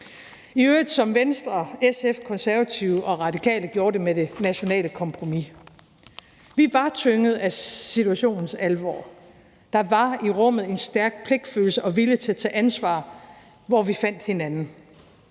i øvrigt som Venstre, SF, Konservative og Radikale Venstre gjorde det med det nationale kompromis. Kl. 22:11 Vi var tynget af situationens alvor. Der var i rummet en stærk pligtfølelse og vilje til at tage ansvar, og vi fandt hinanden.